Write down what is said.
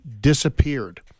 disappeared